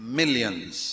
millions